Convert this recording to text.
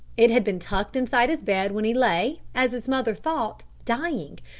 it had been tucked inside his bed when he lay, as his mother thought, dying.